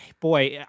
Boy